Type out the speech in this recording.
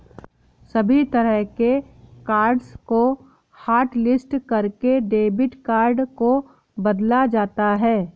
सभी तरह के कार्ड्स को हाटलिस्ट करके डेबिट कार्ड को बदला जाता है